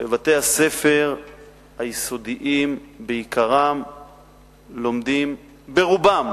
בבתי-הספר היסודיים, בעיקרם לומדים, ברובם,